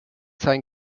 seinen